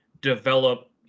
develop